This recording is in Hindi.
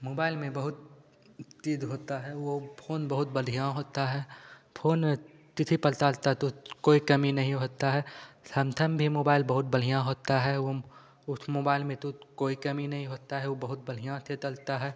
मोबाइल में बहुत तीद होता है वो फोन बहुत बढ़िया होता है फोन तिथि पलताल ता तुछ कोई कमी नहीं होता है समथम भी मोबाइल बहुत बढ़िया होता है उस मोबाइल में तूथ कोई कमी नहीं होता है ऊ बहुत बढ़िया थे चलता है